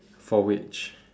for which